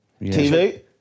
TV